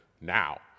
Now